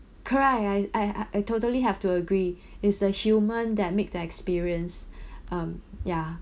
correct I I I totally have to agree is the human that make the experience um ya